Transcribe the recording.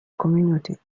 communauté